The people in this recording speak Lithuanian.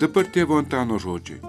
dabar tėvo antano žodžiai